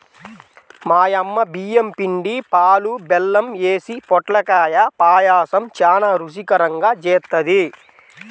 మా యమ్మ బియ్యం పిండి, పాలు, బెల్లం యేసి పొట్లకాయ పాయసం చానా రుచికరంగా జేత్తది